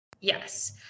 Yes